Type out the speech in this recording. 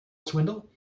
swindle